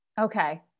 Okay